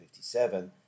1957